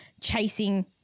chasing